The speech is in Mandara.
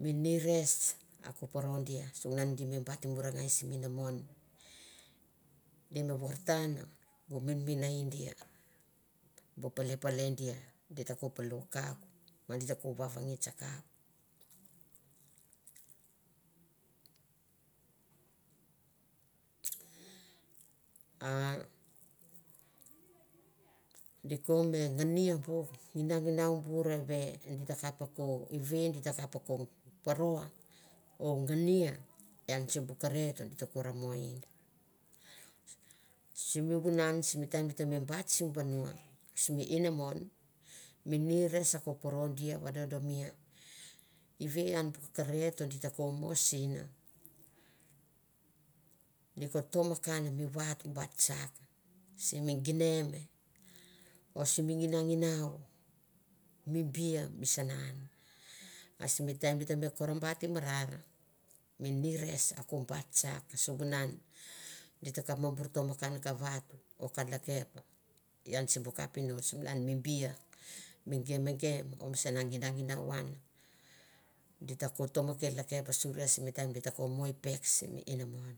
mi ires a ko poro dia sivunan di me bait murangai, simi inamon di me vorotanbu minmin dibu a bu pale pale dia di ta ko me ngania bu nginanginau bur ave di takap ko vee. di ta kap ko paroa o dia vadodo namia i ve ian bu karet di ta ko mo sin, di ko tomkan mi vat bait tsak. simi taim di ta kap bur tomkan ra vat o ka lakep ian simbu kapinots malan mi biniami gemogemogen o mi sana nginanginau an, di ta ko tomke lakep suria simi taim di ta ko mo ipek simi inamon.